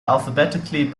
alphabetically